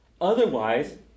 Otherwise